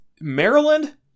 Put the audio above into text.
Maryland